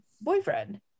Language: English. boyfriend